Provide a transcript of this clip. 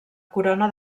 corona